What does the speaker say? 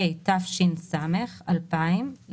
התש"ס 2000‏,